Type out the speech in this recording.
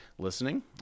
listening